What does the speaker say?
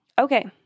okay